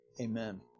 Amen